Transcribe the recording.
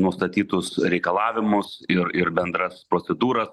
nustatytus reikalavimus ir ir bendras procedūras